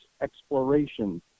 exploration